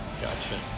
Gotcha